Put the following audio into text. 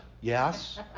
yes